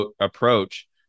approach